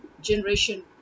generation